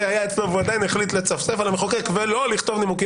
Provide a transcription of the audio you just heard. היה אצלו והוא עדיין החליט לצפצף על המחוקק ולא לכתוב נימוקים